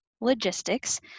logistics